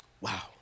Wow